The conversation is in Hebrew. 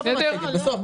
בסוף.